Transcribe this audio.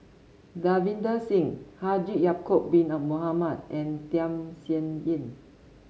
Davinder Singh Haji Ya'acob bin a Mohamed and Tham Sien Yen